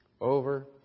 Over